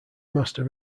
master